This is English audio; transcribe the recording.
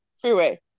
freeway